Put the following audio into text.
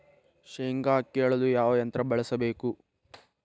ಶೇಂಗಾ ಕೇಳಲು ಯಾವ ಯಂತ್ರ ಬಳಸಬೇಕು?